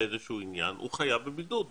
לאיזשהו עניין, הוא חייב בבידוד.